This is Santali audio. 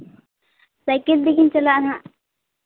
ᱥᱟᱭᱠᱮᱞ ᱛᱮᱜᱮᱧ ᱪᱟᱞᱟᱜᱼᱟ ᱦᱟᱸᱜ